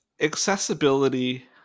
accessibility